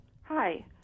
Hi